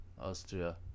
Austria